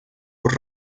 por